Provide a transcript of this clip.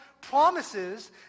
promises